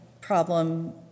problem